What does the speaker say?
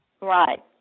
Right